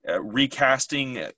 recasting